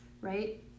right